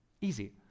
easy